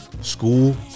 School